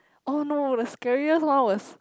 oh no the scariest one was